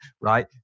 right